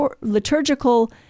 liturgical